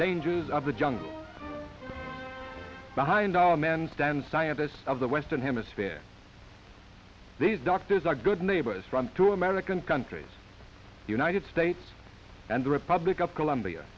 dangers of the jungle behind all men stand scientists of the western hemisphere these doctors are good neighbors from two american countries the united states and the republic of colombia